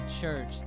Church